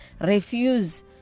refuse